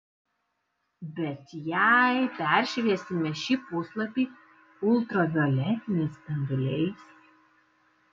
bet jei peršviesime šį puslapį ultravioletiniais spinduliais